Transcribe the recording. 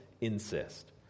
insist